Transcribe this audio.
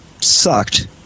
sucked